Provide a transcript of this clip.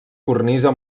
cornisa